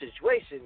Situation